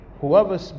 Whoever